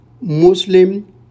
Muslim